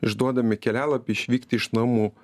išduodami kelialapį išvykti iš namų